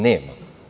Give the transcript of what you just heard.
Nema.